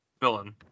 villain